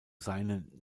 seinen